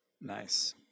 Nice